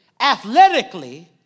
athletically